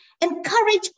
encourage